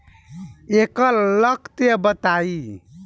एकर लक्षण बताई?